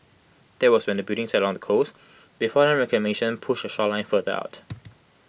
that was when the building sat along the coast before land reclamation push the shoreline further out